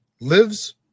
Lives